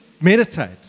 meditate